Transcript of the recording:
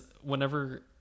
whenever